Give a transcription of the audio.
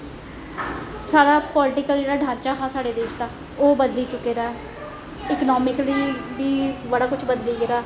सारा पालिटिकल जेह्ड़ा ढांचा हा साढ़े देश दा ओह् बदली चुके दा ऐ इकनामिकली बी बड़ा कुछ बदली गेदा ऐ